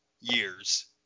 years